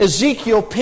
Ezekiel